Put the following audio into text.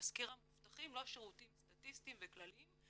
לא שירותים סטטיסטיים וכלליים,